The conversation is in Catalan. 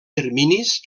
terminis